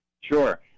Sure